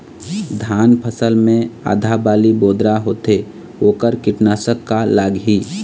धान फसल मे आधा बाली बोदरा होथे वोकर कीटनाशक का लागिही?